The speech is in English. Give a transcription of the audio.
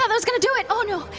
that was going to do it! oh no.